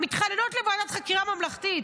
מתחננות לוועדת חקירה ממלכתית.